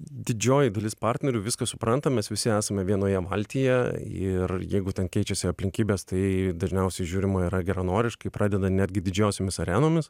didžioji dalis partnerių viską supranta mes visi esame vienoje valtyje ir jeigu ten keičiasi aplinkybės tai dažniausiai žiūrima yra geranoriškai pradeda netgi didžiosiomis arenomis